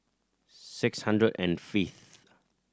six hundred and fifth